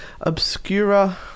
Obscura